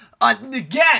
Again